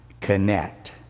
Connect